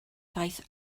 ddaeth